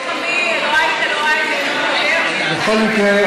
בכל מקרה,